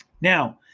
now